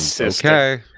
Okay